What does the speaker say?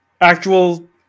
actual